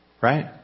Right